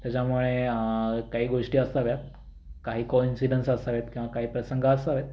त्याच्यामुळे काही गोष्टी असाव्यात काही कोइन्सिडन्स असावेत किंवा काही प्रसंग असावेत